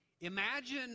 Imagine